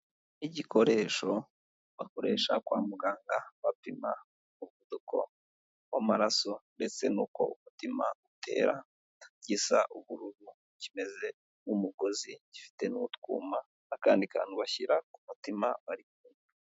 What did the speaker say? Igikoresho bakoresha kwa muganga, bapima umuvuduko w'amaraso, ndetse n'uko umutima utera, gisa ubururu,. Kimeze nk'umugozi, gifite n'utwuma, n'akandi kantu bashyira ku mutima.